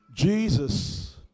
Jesus